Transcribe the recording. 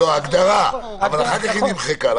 אחר כך היא נמחקה.